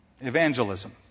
evangelism